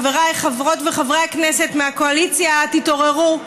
חבריי חברי וחברות הכנסת מהקואליציה: תתעוררו.